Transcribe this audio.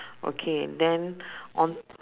okay then on